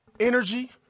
Energy